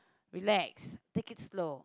relax take it slow